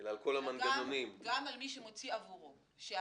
אלא גם על מי שמוציא עבורו זאת אומרת,